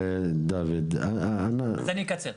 אני אקצר.